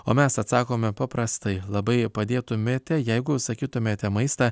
o mes atsakome paprastai labai padėtumėte jeigu užsakytumėte maistą